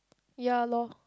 ya loh